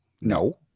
No